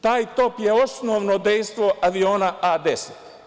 Taj top je osnovno dejstvo aviona A10.